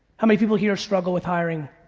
how many people here struggle with hiring?